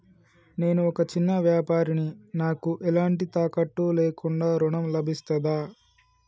నేను ఒక చిన్న వ్యాపారిని నాకు ఎలాంటి తాకట్టు లేకుండా ఋణం లభిస్తదా?